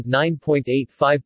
9.85